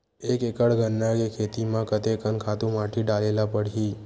एक एकड़ गन्ना के खेती म कते कन खातु माटी डाले ल पड़ही?